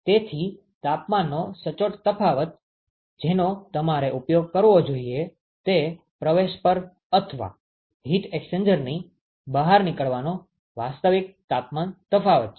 તેથી તાપમાનનો સાચો તફાવત જેનો તમારે ઉપયોગ કરવો જોઈએ તે પ્રવેશ પર અથવા હીટ એક્સ્ચેન્જરમાંથી બહાર નીકળવાનો વાસ્તવિક તાપમાન તફાવત છે